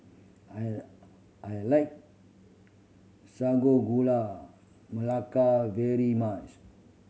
I I like Sago Gula Melaka very much